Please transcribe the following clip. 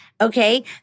okay